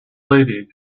lady